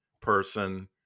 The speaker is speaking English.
person